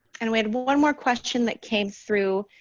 and we had one more question that came through.